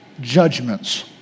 judgments